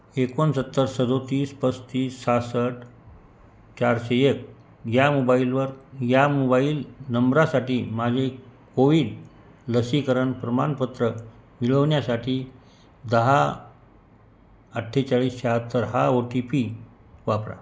एकोणसत्तर सदतीस पस्तीस सहासष्ट चारशे एक या मोबाईलवर या मोबाईल नंबरासाठी माझे कोविड लसीकरण प्रमाणपत्र मिळवण्यासाठी दहा अठ्ठेचाळीस शहात्तर हा ओ टी पी वापरा